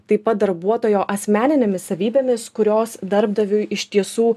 taip pat darbuotojo asmeninėmis savybėmis kurios darbdaviui iš tiesų